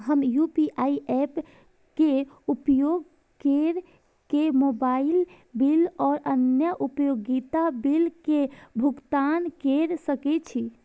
हम UPI apps के उपयोग केर के मोबाइल बिल और अन्य उपयोगिता बिल के भुगतान केर सके छी